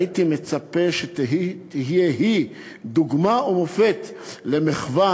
הייתי מצפה שתהיה היא דוגמה ומופת למחוות